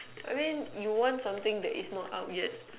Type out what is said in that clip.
I mean you want something that is not up yet